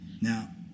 Now